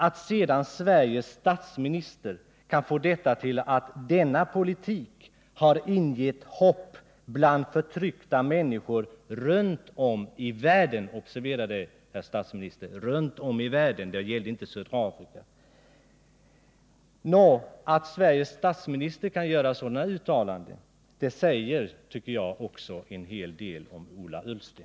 Att sedan Sveriges statsminister kan uttala att denna politik har ingett hopp bland förtryckta människor runt om i världen — observera detta, herr statsminister, runt om i världen, för det gällde inte bara södra Afrika — säger, enligt min mening, en hel del om Ola Ullsten.